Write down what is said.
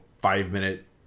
five-minute